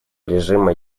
режима